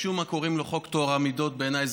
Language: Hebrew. משום מה קוראים לו "חוק טוהר המידות"; בעיניי,